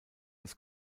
des